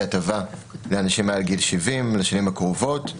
הטבה לאנשים מעל גיל 70 לשנים הקרובות.